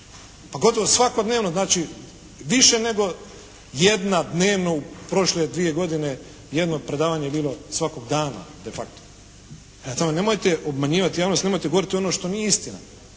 Pa gotovo svakodnevno znači, više nego jedna dnevno u prošle dvije godine jedno predavanje je bilo svakog dana de facto. Prema tome, nemojte obmanjivati javnost, nemojte govoriti ono što nije istina.